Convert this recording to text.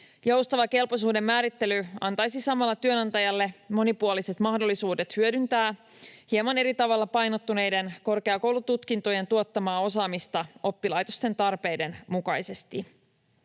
Joustava kelpoisuuden määrittely antaisi samalla työnantajalle monipuoliset mahdollisuudet hyödyntää hieman eri tavalla painottuneiden korkeakoulututkintojen tuottamaa osaamista oppilaitosten tarpeiden mukaisesti.